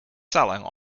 selling